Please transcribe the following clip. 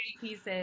pieces